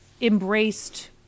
embraced